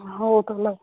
ହଉ ଭଲ